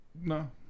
No